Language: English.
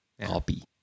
Copy